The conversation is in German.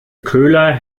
köhler